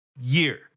year